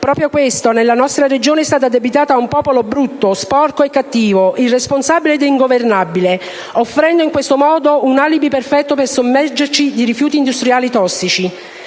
Proprio questa, nella nostra Regione, è stata addebitata a un popolo "brutto", "sporco" e "cattivo", irresponsabile ed ingovernabile, offrendo in questo modo un alibi perfetto per sommergerci di rifiuti industriali tossici.